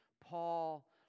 Paul